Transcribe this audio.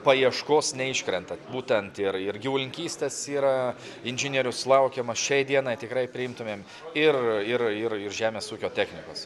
paieškos neiškrenta būtent ir ir gyvulininkystės yra inžinierius laukiamas šiai dienai tikrai priimtumėm ir ir ir ir žemės ūkio technikas